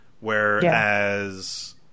Whereas